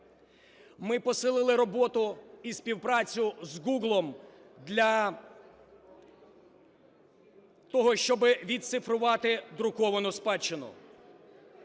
Ми посилили роботу і співпрацю з Google для того, щоб відцифрувати друковану спадщину.